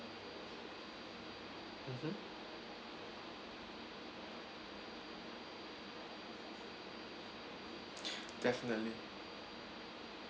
mmhmm definitely